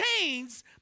chains